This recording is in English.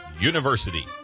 University